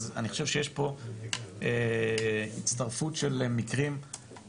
אז אני חושב שיש פה הצטרפות של מקרים חיובית,